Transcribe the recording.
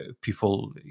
people